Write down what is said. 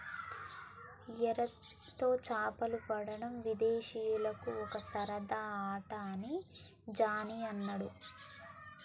ఎరతో చేపలు పట్టడం విదేశీయులకు ఒక సరదా ఆట అని జానీ అన్నాడు